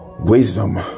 Wisdom